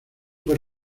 por